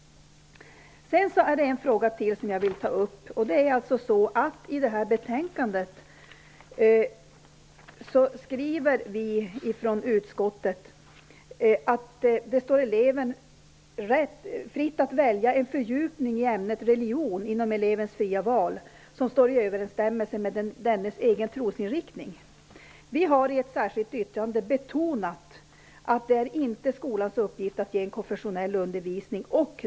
Sedan är det en fråga till som jag vill ta upp. I det här betänkandet skriver vi i utskottet att det står eleven fritt att inom elevens fria val välja en fördjupning i ämnet religion som står i överensstämmelse med dennes egen trosinriktning. Vi socialdemokrater har i ett särskilt yttrande betonat att det inte är skolans uppgift att ge konfessionell undervisning.